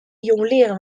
jongleren